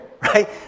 right